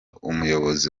umuyobozi